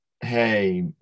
hey